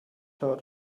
heard